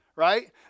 right